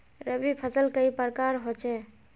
रवि फसल कई प्रकार होचे?